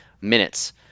minutes